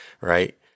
right